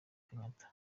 kenyatta